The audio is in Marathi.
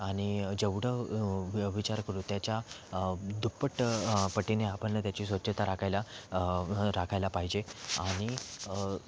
आणि जेवढं व विचार करू त्याच्या दुप्पट पटीने आपण त्याची स्वच्छता राखायला राखायला पाहिजे आणि